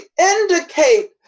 indicate